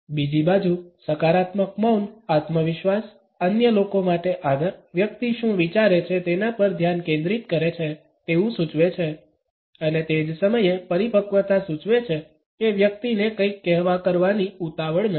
બીજી બાજુ સકારાત્મક મૌન આત્મવિશ્વાસ અન્ય લોકો માટે આદર વ્યક્તિ શું વિચારે છે તેના પર ધ્યાન કેન્દ્રિત કરે છે તેવું સૂચવે છે અને તે જ સમયે પરિપક્વતા સૂચવે છે કે વ્યક્તિને કંઈક કહેવા કરવાની ઉતાવળ નથી